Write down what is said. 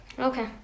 Okay